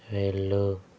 వెళ్ళు